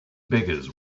beggars